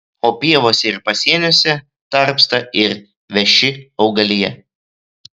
o pievose ir pasieniuose tarpsta ir veši augalija